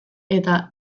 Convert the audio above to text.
eta